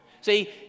See